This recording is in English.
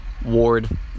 Ward